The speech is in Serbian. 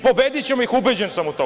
Pobedićemo ih, ubeđen sam u to.